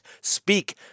speak